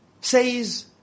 says